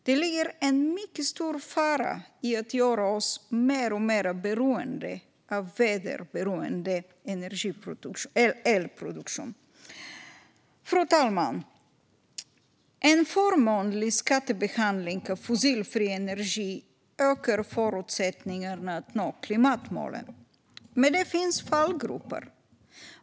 Det ligger en mycket stor fara i att göra oss mer och mer beroende av väderberoende elproduktion. Fru talman! En förmånlig skattebehandling av fossilfri energi ökar förutsättningarna för att nå klimatmålen. Men det finns fallgropar.